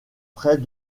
près